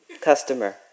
Customer